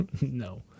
No